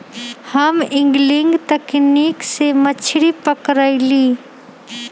हम एंगलिंग तकनिक से मछरी पकरईली